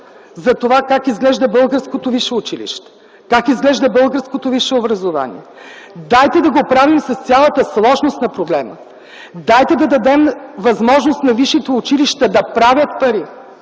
за това как изглежда българското висше училище, как изглежда българското висше образование, дайте да го правим с цялата сложност на проблема! Дайте да дадем възможност на висшите училища да правят пари,